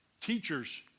teachers